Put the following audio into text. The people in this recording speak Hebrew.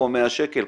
פה 100 שקל,